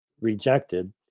rejected